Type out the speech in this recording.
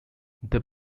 their